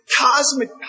cosmic